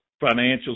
financial